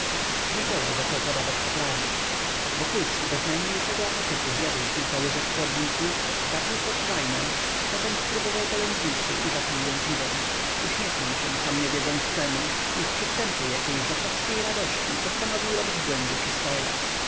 mikołaj zaczął podawać potrawy wokulski bez najmniejszego apetytu zjadł kilka łyżek chłodniku zapił portwejnem potem spróbował polędwicy i zapił ją piwem uśmiechnął się sam nie wiedząc czemu i w przystępie jakiejś żakowskiej radości postanowił robić błędy przy stole